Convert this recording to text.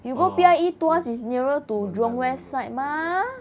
uh yes mandai mandai